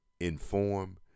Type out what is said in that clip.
inform